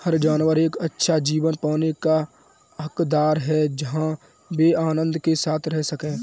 हर जानवर एक अच्छा जीवन पाने का हकदार है जहां वे आनंद के साथ रह सके